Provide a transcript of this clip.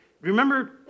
Remember